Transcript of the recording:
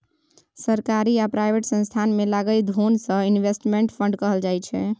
सरकारी आ प्राइवेट संस्थान मे लगाएल धोन कें इनवेस्टमेंट फंड कहल जाय छइ